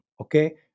okay